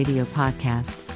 Podcast